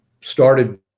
started